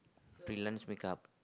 freelance make -p